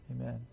Amen